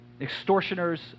extortioners